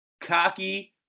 cocky